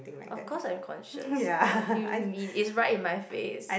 of course I'm conscious what do you mean it's right in my face